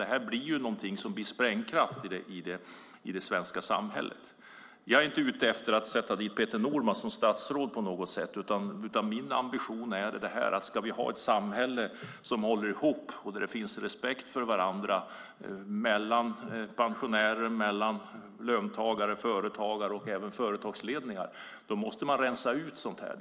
Detta har en sprängkraft i det svenska samhället. Jag är inte ute efter att sätta dit Peter Norman som statsråd. Min ambition är att om vi ska ha ett samhälle som håller ihop och där man har en respekt för varandra mellan pensionärer, löntagare, företagare och även företagsledningar måste man rensa ut sådant här.